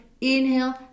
inhale